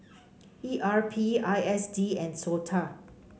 E R P I S D and SOTA